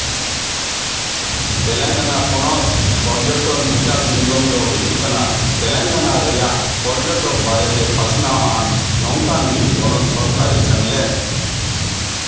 ᱛᱮᱞᱮᱝᱜᱟᱱᱟ ᱯᱚᱱᱚᱛ ᱯᱚᱨᱡᱚᱴᱚᱱ ᱵᱤᱠᱟᱥ ᱱᱤᱜᱚᱢ ᱫᱚ ᱦᱩᱭᱩᱜ ᱠᱟᱱᱟ ᱛᱮᱞᱮᱝᱜᱟᱱᱟ ᱨᱮᱭᱟᱜ ᱯᱚᱨᱡᱚᱴᱚᱠ ᱵᱟᱨᱮᱛᱮ ᱯᱟᱥᱱᱟᱣᱟᱱ ᱱᱚᱝᱠᱟᱱ ᱢᱤᱫ ᱯᱚᱱᱚᱛ ᱥᱚᱨᱠᱟᱨᱤ ᱥᱮᱢᱞᱮᱫ